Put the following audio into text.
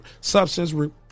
Substance